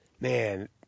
Man